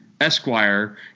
Esquire